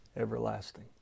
everlasting